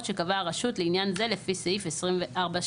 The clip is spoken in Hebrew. שקבעה הרשות לעניין זה לפי סעיף 24(ז).